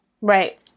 Right